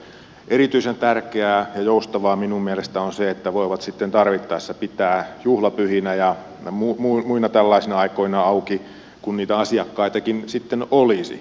erityisen tärkeää ja joustavaa minun mielestäni on se että he voivat sitten tarvittaessa pitää juhlapyhinä ja muina tällaisina aikoina auki kun niitä asiakkaitakin sitten olisi